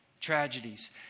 tragedies